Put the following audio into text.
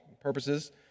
purposes